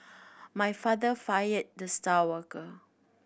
my father fired the star worker